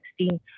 2016